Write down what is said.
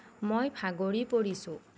মই ভাগৰি পৰিছোঁ